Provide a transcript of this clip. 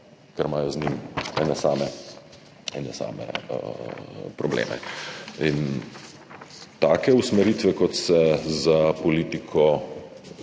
ker imajo z njim ene same probleme. Take usmeritve, kot se za politiko